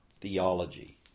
theology